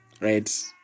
right